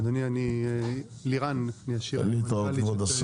אדוני היושב ראש, אני יוצא ולירן נשארת.